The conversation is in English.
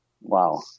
Wow